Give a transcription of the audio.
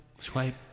Swipe